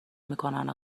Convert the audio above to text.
میکنن